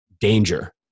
danger